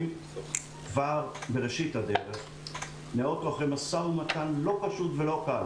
כבר בראשית הדרך אנחנו במשא ומתן לא פשוט ולא קל.